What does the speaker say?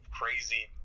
crazy